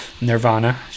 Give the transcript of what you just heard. Nirvana